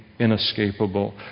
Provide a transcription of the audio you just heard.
inescapable